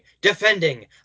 defending